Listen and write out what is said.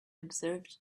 observed